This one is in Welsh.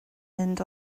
mynd